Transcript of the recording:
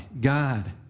God